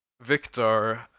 Victor